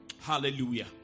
hallelujah